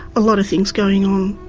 a lot of things going on.